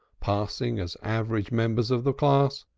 passing as average members of the class,